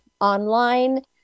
online